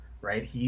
right